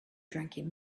drinking